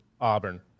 Auburn